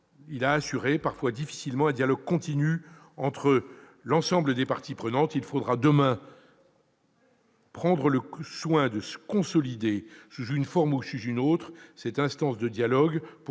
Il a assuré, parfois difficilement, un dialogue continu entre l'ensemble des parties prenantes. Il faudra, demain, avoir soin de consolider, sous une forme ou sous une autre, cette instance de dialogue,